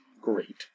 Great